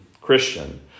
Christian